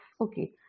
Okay